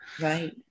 Right